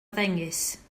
ddengys